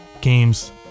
games